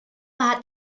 hat